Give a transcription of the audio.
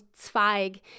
Zweig